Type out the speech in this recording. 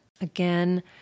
Again